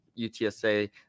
UTSA